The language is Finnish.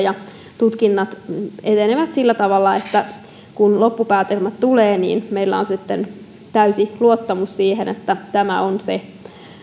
ja tutkinnat etenevät sillä tavalla että kun loppupäätelmät tulevat niin meillä on sitten täysi luottamus siihen että tämä on se